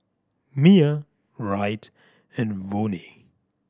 Miah Wright and Vonnie